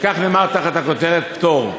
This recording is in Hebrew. וכך נאמר תחת הכותרת "פטור":